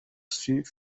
suis